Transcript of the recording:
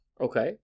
Okay